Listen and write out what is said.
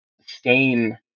stain